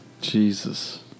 Jesus